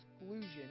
exclusion